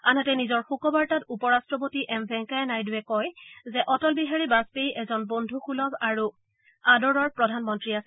আনহাতে নিজৰ শোকবাৰ্তাত উপ ৰট্টপতি এম ভেংকায়া নাইডুৱে কয় যে অটল বিহাৰী বাজপেয়ী এজন বন্ধুসুলভ আৰু আদৰৰ প্ৰধানমন্ত্ৰী আছিল